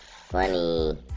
funny